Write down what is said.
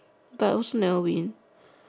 but also never win